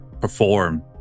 perform